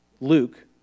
Luke